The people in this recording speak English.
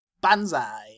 Banzai